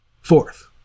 fourth